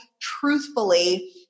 Truthfully